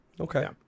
Okay